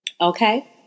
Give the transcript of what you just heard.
Okay